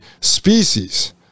species